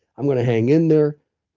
i'm going to hang in there,